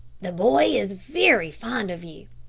the boy is very fond of you.